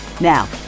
Now